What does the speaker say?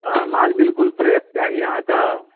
माल बिल्कुल फ्रेश चाही अहाँके